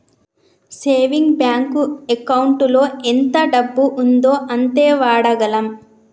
saving bank ఎకౌంటులో ఎంత డబ్బు ఉందో అంతే వాడగలం